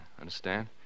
Understand